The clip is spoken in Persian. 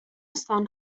استان